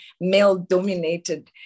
male-dominated